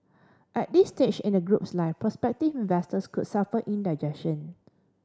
at this stage in the group's life prospective investors could suffer indigestion